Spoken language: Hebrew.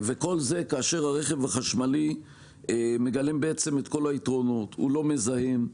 כל זה כאשר הרכב החשמלי מגלם בעצם את כל היתרונות הוא לא מזהם,